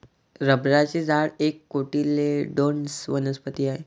रबराचे झाड एक कोटिलेडोनस वनस्पती आहे